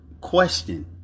question